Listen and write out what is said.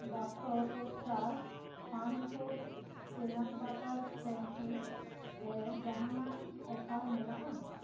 doctor Oetker fun foods peanut butter crunchy ᱨᱮ ᱡᱟᱦᱟᱸᱱᱟᱜ offer ᱢᱮᱱᱟᱜᱼᱟ